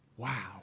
wow